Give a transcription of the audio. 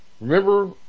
remember